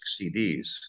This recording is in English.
CDs